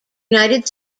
united